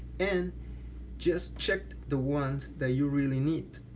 and just check the ones that you really need